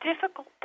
difficult